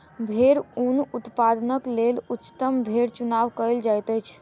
भेड़क ऊन उत्पादनक लेल उच्चतम भेड़क चुनाव कयल जाइत अछि